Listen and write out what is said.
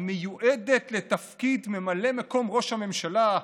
המיועדת לתפקיד ממלאת מקום ראש הממשלה,